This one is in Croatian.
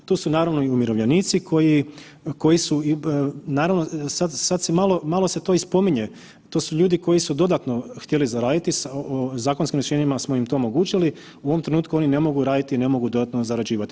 Tu su naravno i umirovljenici koji, koji su naravno sad se malo to i spominje, to su ljudi koji su dodatno htjeli zaraditi, zakonskim rješenjima smo im to omogućili, u ovom trenutku oni ne mogu raditi, ne mogu dodatno zarađivati.